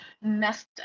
messed